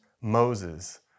Moses